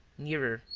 nearer,